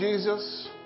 Jesus